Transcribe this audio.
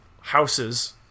houses